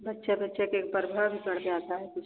बच्चा बच्चा के ऊपर भी पड़ जाता है कुछ